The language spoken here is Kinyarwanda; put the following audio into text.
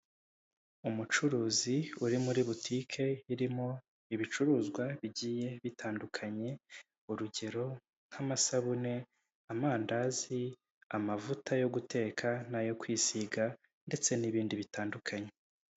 Umucuruzi uri muri butike irimo ibicuruzwa bigiye bitandukanye urugero: nk'amasabune, amandazi, amavuta yo guteka n'ayo kwisiga ndetse n'ibindi bitandukanye.